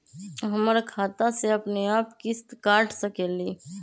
हमर खाता से अपनेआप किस्त काट सकेली?